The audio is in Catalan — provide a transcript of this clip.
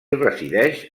resideix